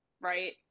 right